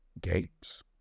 gates